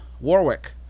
Warwick